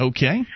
Okay